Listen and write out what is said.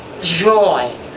joy